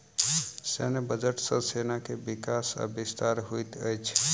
सैन्य बजट सॅ सेना के विकास आ विस्तार होइत अछि